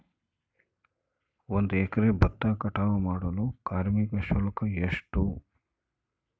ಒಂದು ಎಕರೆ ಭತ್ತ ಕಟಾವ್ ಮಾಡಲು ಕಾರ್ಮಿಕ ಶುಲ್ಕ ಎಷ್ಟು?